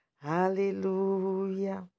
Hallelujah